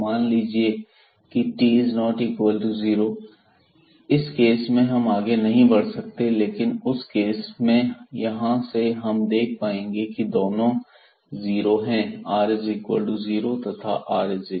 तो मान लीजिए की t≠0 इस केस में हम आगे नहीं बढ़ सकते हैं लेकिन उस केस में यहां से हम देख पाएंगे कि दोनों जीरो हैं r0 तथा r0